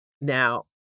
Now